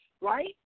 right